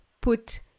put